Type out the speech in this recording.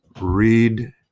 read